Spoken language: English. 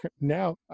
now